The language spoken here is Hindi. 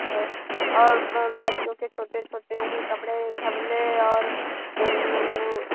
है और ब बच्चों के छोटे छोटे वही कपड़े झबले और वह मतलब